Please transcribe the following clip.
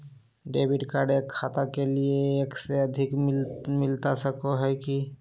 Debit card एक खाता के लिए एक से अधिक मिलता सको है की?